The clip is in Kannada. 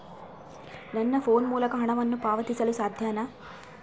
ನನ್ನ ಫೋನ್ ಮೂಲಕ ಹಣವನ್ನು ಪಾವತಿಸಲು ಸಾಧ್ಯನಾ?